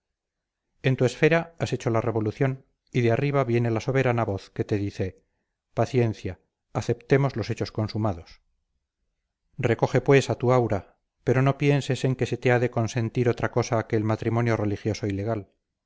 en tu esfera has hecho la revolución y de arriba viene la soberana voz que te dice paciencia aceptemos los hechos consumados recoge pues a tu aura pero no pienses en que se te ha de consentir otra cosa que el matrimonio religioso y legal